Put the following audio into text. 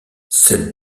cette